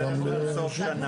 עוד שלושה חודשים.